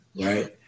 right